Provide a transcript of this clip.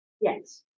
Yes